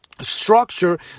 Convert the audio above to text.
structure